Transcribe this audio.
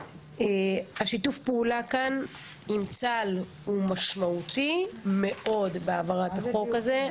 שיתוף הפעולה כאן עם צה"ל הוא משמעותי מאוד בהעברת החוק הזה.